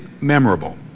memorable